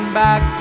back